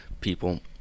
people